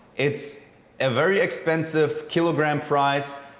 it's a very expensive kilogram price.